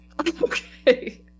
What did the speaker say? Okay